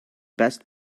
best